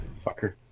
Fucker